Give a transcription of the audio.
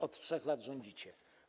Od 3 lat rządzicie.